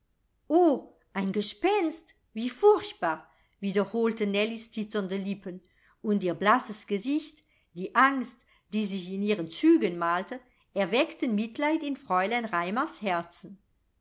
o eine gespenst wie furchtbar wiederholten nellies zitternde lippen und ihr blasses gesicht die angst die sich in ihren zügen malte erweckten mitleid in fräulein raimars herzen